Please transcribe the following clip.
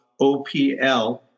OPL